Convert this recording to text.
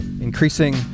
increasing